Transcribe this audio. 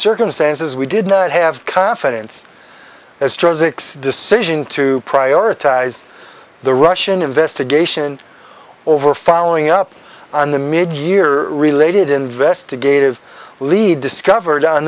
circumstances we did not have confidence as a decision to prioritize the russian investigation or we're following up on the made year related investigative lead discovered